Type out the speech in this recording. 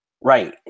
Right